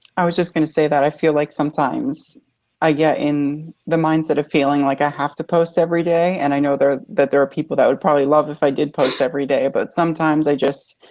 i was just gonna say that i feel like sometimes i get in the mindset of feeling like i have to post every day, and i know there that there are people that would probably love if i did post every day. but sometimes i just,